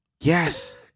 Yes